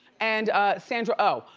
and ah sandra oh,